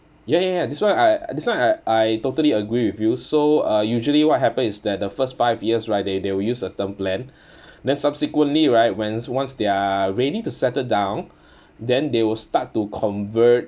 ya ya ya that's why I that's why I I totally agree with you so uh usually what happens is that the first five years right they they will use the term plan then subsequently right when once they are ready to settle down then they will start to convert